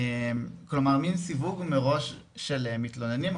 כלומר מן סיווג מראש של מתלוננים,